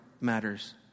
matters